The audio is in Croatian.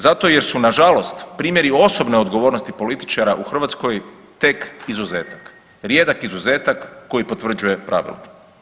Zato jer su na žalost primjeri osobne odgovornosti političara u Hrvatskoj tek izuzetak, rijedak izuzetak koji potvrđuje pravilo.